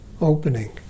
opening